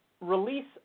release